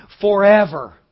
forever